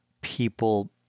people